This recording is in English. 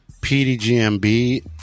pdgmb